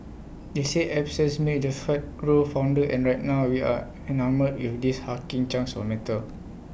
they say absence makes the heart grow fonder and right now we are enamoured with these hulking chunks of metal